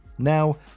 Now